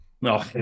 no